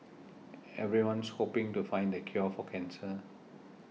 everyone's hoping to find the cure for cancer